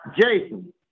Jason